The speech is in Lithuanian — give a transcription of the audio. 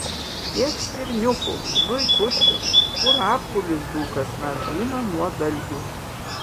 kiek stirniukų zuikučių kurapkų lizdų kasmet žūna nuo dalgių